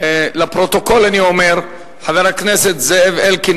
לפרוטוקול אני אומר שחבר הכנסת זאב אלקין